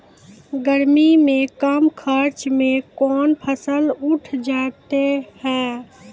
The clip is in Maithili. गर्मी मे कम खर्च मे कौन फसल उठ जाते हैं?